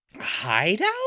Hideout